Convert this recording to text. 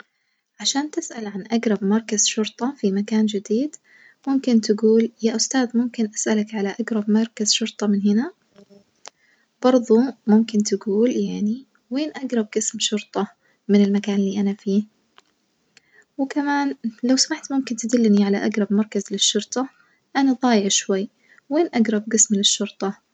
عشان تسأل عن أجرب مركز شرطة في مكان جديد ممكن تجول يا أستاذ ممكن أسألك على أجرب مركز شرطة من هنا؟ برظه ممكن تجول يعني وين أجرب جسم شرطة من المكان اللي أنا فيه؟ وكمتن لو سمحت ممكن تدلني على أجرب مركز للشرطة؟ أنا ظايع شوي وين أجرب جسم للشرطة؟